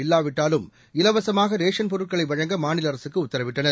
இல்லாவிட்டாலும் இலவசுமாக ரேஷன் பொருட்களை வழங்க மாநில அரசுக்கு உத்தரவிட்டனர்